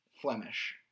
flemish